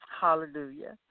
Hallelujah